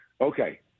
okay